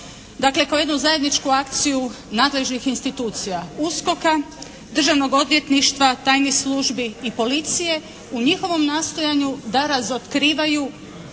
dakle kao jednu zajedničku akciju nadležnih institucija, USKOK-a, Državnog odvjetništva, tajnih službi i Policije u njihovom nastojanju da razotkrivaju